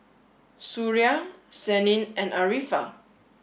Suria Senin and Arifa